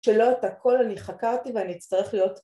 שלא את הכל אני חקרתי ואני אצטרך להיות